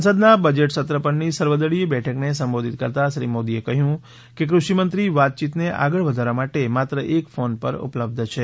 સંસદના બજેટ સત્ર પરની સર્વદળીય બેઠકને સંબોધિત કરતાં શ્રી મોદીએ કહ્યું કે કૃષિમંત્રી વાતયીતને આગળ વધારવા માટે માત્ર એક ફોન પર ઉપલબ્ધ છે